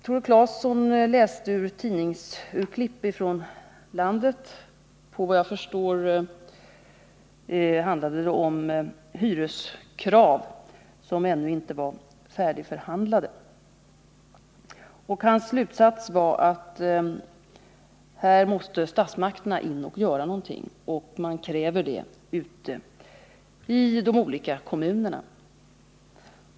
Tore Claeson föredrog citat ur urklipp från tidningar ute i landsorten, och såvitt jag förstår handlade det om ännu inte färdigförhandlade hyreskrav. Hans slutsats var att statsmakterna måste vidta åtgärder i detta sammanhang och han framhöll att man ute i de olika kommunerna kräver sådana åtgärder.